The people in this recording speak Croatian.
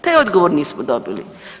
Daj odgovor nismo dobili.